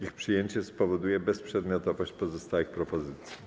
Ich przyjęcie spowoduje bezprzedmiotowość pozostałych propozycji.